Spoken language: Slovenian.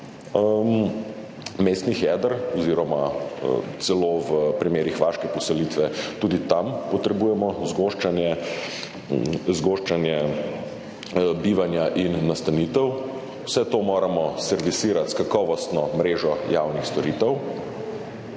mestnih jeder oziroma celo v primerih vaške poselitve, tudi tam potrebujemo zgoščanje bivanja in nastanitev, vse to moramo servisirati s kakovostno mrežo javnih storitev,